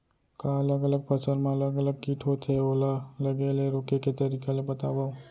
का अलग अलग फसल मा अलग अलग किट होथे, ओला लगे ले रोके के तरीका ला बतावव?